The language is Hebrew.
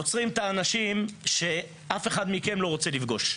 עוצרים את האנשים שאף אחד מכם לא רוצה לפגוש,